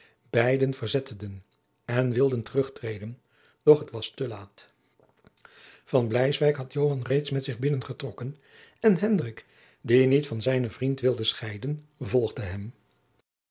beide verzetteden en wilde terugtreden doch het was te laat van bleiswyk had joan reeds met zich binnen getrokken en hendrik die niet van zijnen vriend wilde scheiden volgde hen